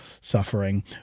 suffering